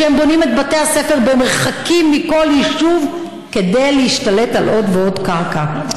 כשהם בונים את בתי הספר במרחקים מכל יישוב כדי להשתלט על עוד ועוד קרקע.